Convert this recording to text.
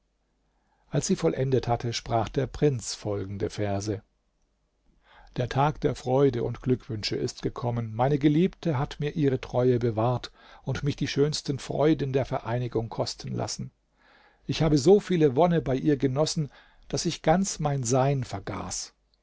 als sie vollendet hatte sprach der prinz folgende verse der tag der freude und glückwünsche ist gekommen meine geliebte hat mir ihre treue bewahrt und mich die schönsten freuden der vereinigung kosten lassen ich habe so viele wonne bei ihr genossen daß ich ganz mein sein vergaß